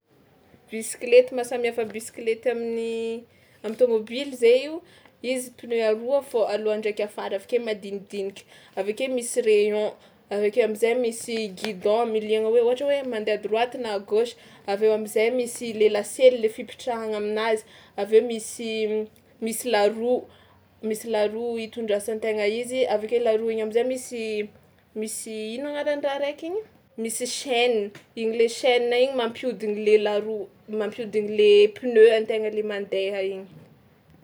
Bisikileta mahasamy hafa bisikileta amin'ny am'tômôbily zay io: izy pneu aroa fao aloha ndraiky afara avy ake madinidiniky, avy ake misy rayon, avy ake am'zay misy guidon amiliagna hoe ohatra hoe mandeha à droite na à gauche, avy eo am'zay misy le lasely le fipetrahagna aminazy, avy eo misy misy la roue misy la roue itondrasan-tegna izy avy ake la roue igny am'zay misy misy ino anaran'ny raha raiky igny, misy chaîne, igny le chaîne mampihodigna le la roue mampihodigna le pneu an-tegna le mandeha igny.